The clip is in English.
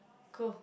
cool